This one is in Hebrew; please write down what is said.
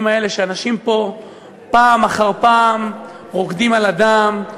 האלה שאנשים פה פעם אחר פעם רוקדים על הדם,